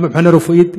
גם מבחינה רפואית,